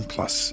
Plus